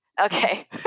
okay